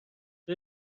روی